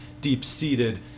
deep-seated